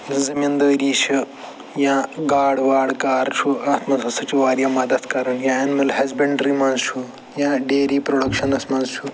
یۄس زٔمیٖدٲری چھِ یا گاڈٕ واڈٕ کار چھُ اَتھ منٛز ہَسا چھِ وارِیاہ مدتھ کَران یا اَنِمٕل ہٮ۪زبٮ۪نٛڈری منٛز چھُ یا ڈیری پرٛوڈکشنَس منٛز چھُ